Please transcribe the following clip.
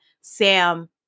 Sam